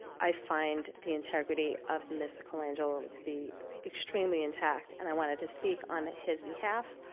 i find the integrity of mr. colangelo to be extremely intact and i wanted to speak on his behalf.